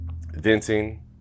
venting